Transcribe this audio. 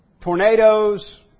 tornadoes